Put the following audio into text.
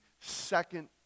second